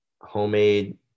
homemade